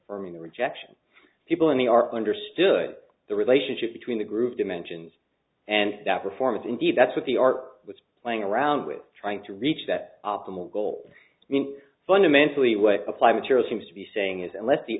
for me the rejection people in the are understood the relationship between the group dimensions and that performance indeed that's what the art was playing around with trying to reach that optimal goal means fundamentally what apply material seems to be saying is and let the